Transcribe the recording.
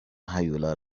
هیولا